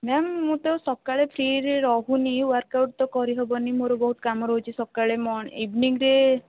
ma'am ମୁଁ ତ ସକାଳେ ଫ୍ରୀରେ ରହୁନି ୱାର୍କଆଉଟ୍ ତ କରି ହେବନି ମୋର ବହୁତ କାମ ରହୁଛି ସକାଳେ ମଣି ଇଭିନିଙ୍ଗରେ